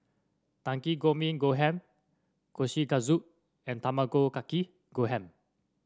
Takikomi Gohan Kushikatsu and Tamago Kake Gohan